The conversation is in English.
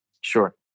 Sure